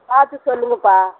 பார்த்து சொல்லுங்கள்ப்பா